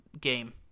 game